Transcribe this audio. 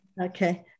Okay